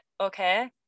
okay